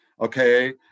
Okay